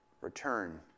return